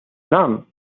نعم